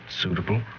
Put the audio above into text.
suitable